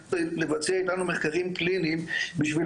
ומעוניינות לבצע איתנו מחקרים קליניים בשביל